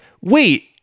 wait